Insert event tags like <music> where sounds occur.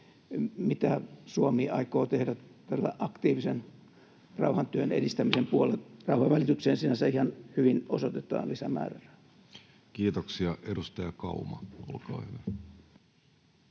Mitä Suomi aikoo tehdä tällä aktiivisen rauhantyön edistämisen puolella? <noise> Rauhanvälitykseen sinänsä ihan hyvin osoitetaan lisämäärärahaa. Kiitoksia. — Edustaja Kauma, olkaa hyvä.